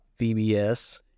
VBS